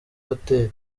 hoteli